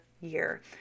year